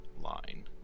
line